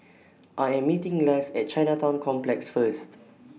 I Am meeting Less At Chinatown Complex First